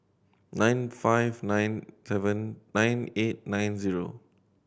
nine five nine seven nine eight nine zero